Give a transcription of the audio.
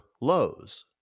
lows